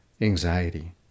anxiety